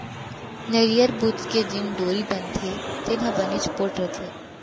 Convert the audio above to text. नरियर बूच के जेन डोरी बनथे तेन ह बनेच पोठ रथे